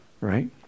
Right